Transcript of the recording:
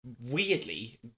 weirdly